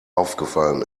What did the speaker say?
aufgefallen